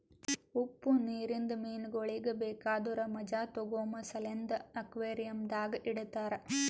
ಉಪ್ಪು ನೀರಿಂದ ಮೀನಗೊಳಿಗ್ ಬೇಕಾದುರ್ ಮಜಾ ತೋಗೋಮ ಸಲೆಂದ್ ಅಕ್ವೇರಿಯಂದಾಗ್ ಇಡತಾರ್